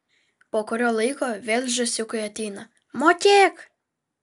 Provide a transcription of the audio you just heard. po kurio laiko vėl žąsiukai ateina mokėk